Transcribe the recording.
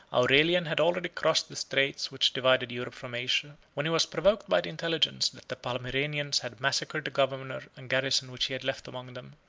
aurelian had already crossed the straits which divided europe from asia, when he was provoked by the intelligence that the palmyrenians had massacred the governor and garrison which he had left among them,